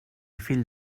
fill